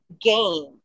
game